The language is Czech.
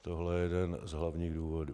Tohle je jeden z hlavních důvodů.